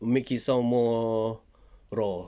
make it sound more raw